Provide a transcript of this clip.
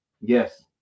Yes